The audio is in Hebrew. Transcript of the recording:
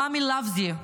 Mommy loves you",